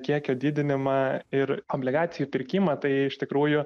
kiekio didinimą ir obligacijų pirkimą tai iš tikrųjų